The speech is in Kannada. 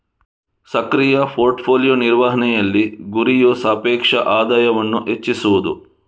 ಸಕ್ರಿಯ ಪೋರ್ಟ್ ಫೋಲಿಯೊ ನಿರ್ವಹಣೆಯಲ್ಲಿ, ಗುರಿಯು ಸಾಪೇಕ್ಷ ಆದಾಯವನ್ನು ಹೆಚ್ಚಿಸುವುದು